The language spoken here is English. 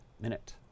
Minute